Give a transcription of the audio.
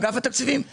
אגף התקציבים.